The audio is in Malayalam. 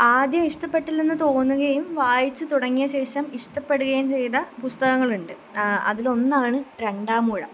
ആദ്യം ഇഷ്ടപ്പെട്ടില്ലെന്ന് തോന്നുകയും വായിച്ചു തുടങ്ങിയ ശേഷം ഇഷ്ടപ്പെടുകയും ചെയ്ത പുസ്തകങ്ങൾ ഉണ്ട് അതിലൊന്നാണ് രണ്ടാമൂഴം